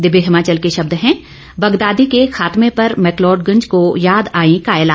दिव्य हिमाचल के ँशब्द हैं बगदादी के खात्मे पर मकलोडगंज को याद आई कायला